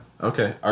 Okay